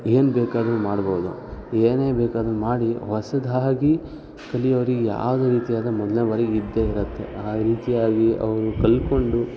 ಏನು ಬೇಕಾದ್ರೂ ಮಾಡ್ಬೋದು ಏನೇ ಬೇಕಾದರೂ ಮಾಡಿ ಹೊಸದಾಗಿ ಕಲಿಯೋರಿಗೆ ಯಾವುದೇ ರೀತಿಯಾದ ಮೊದಲ್ನೇ ಬಾರಿಗೆ ಇದ್ದೇ ಇರುತ್ತೆ ಆ ರೀತಿಯಾಗಿ ಅವರು ಕಲ್ತ್ಕೊಂಡು